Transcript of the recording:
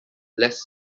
less